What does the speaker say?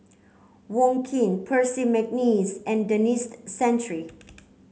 Wong Keen Percy McNeice and Denis Santry